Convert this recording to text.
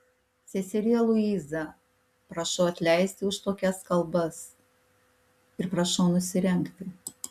seserie luiza prašau atleisti už tokias kalbas ir prašau nusirengti